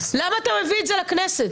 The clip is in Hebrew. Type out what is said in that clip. למה אתה מביא את זה לכנסת?